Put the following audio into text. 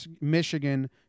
Michigan